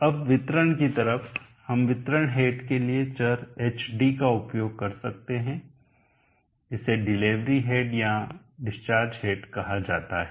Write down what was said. अब वितरण की तरफ हम वितरण हेड के लिए चर hd का उपयोग कर सकते हैं इसे डिलीवरी हेड या डिस्चार्ज हेड कहा जाता है